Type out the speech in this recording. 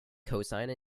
cosine